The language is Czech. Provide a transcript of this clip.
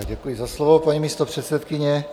Děkuji za slovo, paní místopředsedkyně.